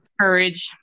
courage